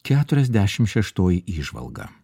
keturiasdešimt šeštoji įžvalga